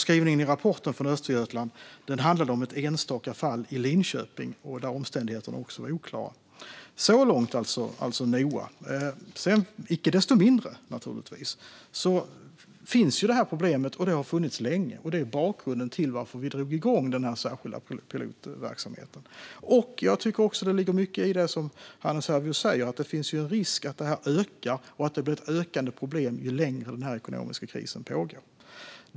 Skrivningen i rapporten från Östergötland handlade om ett enstaka fall i Linköping där omständigheterna var oklara. Så långt Noa, alltså. Icke desto mindre finns problemet, och det har funnits länge. Det är bakgrunden till att vi drog igång den särskilda pilotverksamheten. Jag tycker att det ligger mycket i det som Hannes Hervieu säger, att det finns en risk att problemet växer och blir större ju längre den ekonomiska krisen pågår.